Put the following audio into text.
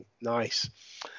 Nice